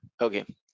Okay